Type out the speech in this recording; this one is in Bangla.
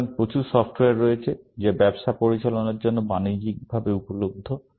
সুতরাং প্রচুর সফ্টওয়্যার রয়েছে যা ব্যবসা পরিচালনার জন্য বাণিজ্যিকভাবে উপলব্ধ